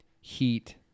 heat